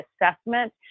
assessment